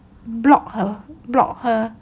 block her block her